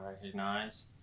recognize